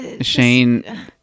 Shane